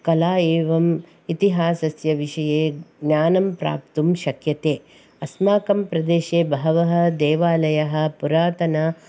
कला एवम् इतिहासस्य विषये ज्ञानं प्राप्तुं शक्यते अस्माकं प्रदेशे बहवः देवालयः पुरातन